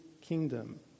kingdom